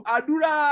Adura